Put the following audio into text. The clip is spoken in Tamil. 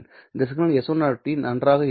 அந்த சிக்னல் s1 நன்றாக இருக்கும்